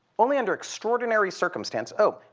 only under extraordinary circumstance oh,